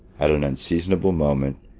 at an unseasonable moment,